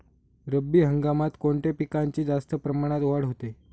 रब्बी हंगामात कोणत्या पिकांची जास्त प्रमाणात वाढ होते?